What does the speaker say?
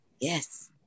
Yes